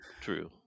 true